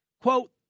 Quote